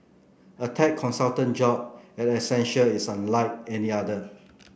a tech consultant job at Accenture is unlike any other